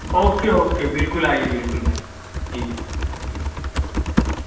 okay okay بالکل آئیے بالکل بھائی ٹھیک ٹھیک ٹھیک